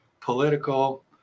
political